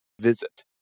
visit